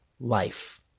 life